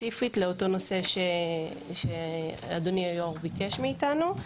ספציפית לגבי אותו הנושא שאדוני היו"ר ביקש מאיתנו;